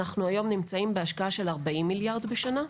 אנחנו היום נמצאים בהשקעה של 40 מיליארד בשנה.